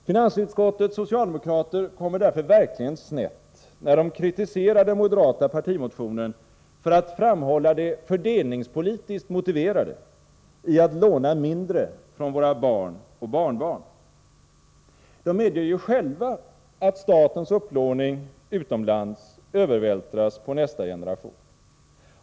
Finansutskottets socialdemokrater kommer därför verkligen snett, när de kritiserar den moderata partimotionen för att framhålla det fördelningspolitiskt motiverade i att låna mindre från våra barn och barnbarn. De medger ju själva att statens upplåning utomlands övervältras på nästa generation.